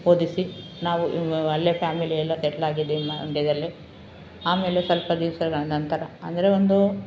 ಓದಿಸಿ ನಾವು ಅಲ್ಲೇ ಫ್ಯಾಮಿಲಿ ಎಲ್ಲ ಸೆಟ್ಲಾಗಿದ್ದಿವಿ ಮಂಡ್ಯದಲ್ಲೇ ಆಮೇಲೆ ಸ್ವಲ್ಪ ದಿವಸಗಳ ನಂತರ ಅಂದರೆ ಒಂದು